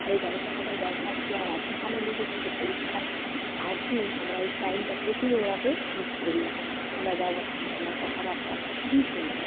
তাই ড্রাইভার দাদার ব্যবহারটি আমার এত ভালো লেগেছে যে পরীক্ষার আট দিন আমরা ওই টাইমটা প্রচুর ওনাকে মিস করি এখনও ওনার ব্যবহার ওনার কথাবার্তা খুবই সুন্দর